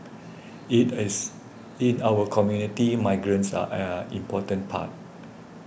in as in our community migrants are an important part